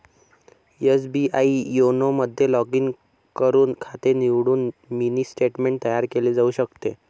SBI YONO मध्ये log in करून खाते निवडून मिनी स्टेटमेंट तयार केले जाऊ शकते